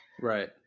Right